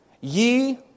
Ye